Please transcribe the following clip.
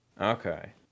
Okay